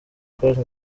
close